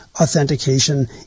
authentication